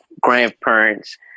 grandparents